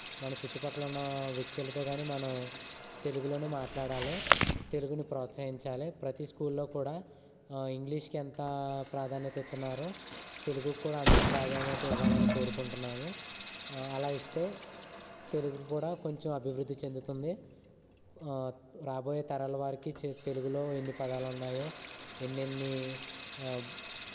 మన చుట్టుపక్కల ఉన్న వ్యక్తులతో కానీ మనం తెలుగులోనే మాట్లాడాలి తెలుగుని ప్రోత్సహించాలి ప్రతి స్కూల్లో కూడా ఇంగ్లీష్కి ఎంత ప్రాధాన్యత ఇస్తున్నారో తెలుగు కూడా అంతే ప్రాధాన్యత ఇవ్వాలని కోరుకుంటున్నాము అలా ఇస్తే తెలుగు కూడా కొంచెం అభివృద్ధి చెందుతుంది రాబోయే తరాల వారికి తెలుగులో ఎన్ని పదాలు ఉన్నాయో ఎన్నెన్ని